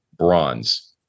bronze